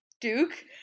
Duke